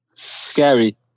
scary